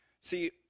See